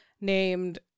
named